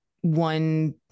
one